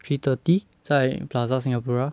three thirty 在 plaza singapura